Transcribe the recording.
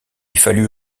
fallut